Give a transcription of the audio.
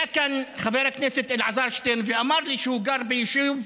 היה כאן חבר הכנסת אלעזר שטרן ואמר לי שהוא גר ביישוב,